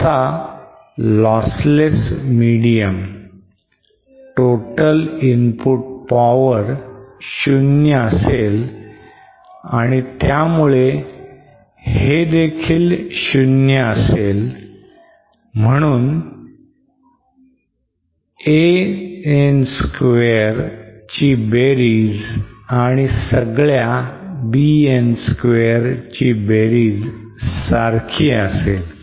आता lossless medium total input power शून्य असेल आणि त्यामुळे हेदेखील शून्य असेल आणि म्हणून An square ची बेरीज आणि सगळ्या B n square ची बेरीज सारखी असेल